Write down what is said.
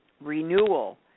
renewal